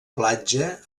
platja